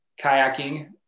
kayaking